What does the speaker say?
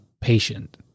patient